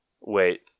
Wait